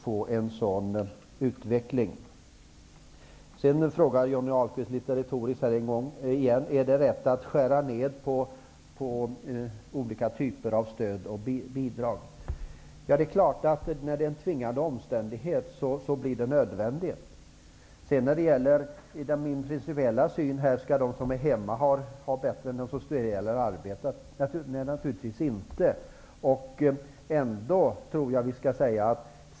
Johnny Ahlqvist frågar litet retoriskt om det är rätt att skära ned på olika typer av stöd och bidrag. När det finns tvingande omständigheter blir det nödvändigt. Han frågar också om min principiella syn, om de som är hemma skall ha bättre betalt än de som studerar eller arbetar. Naturligtvis skall de inte det.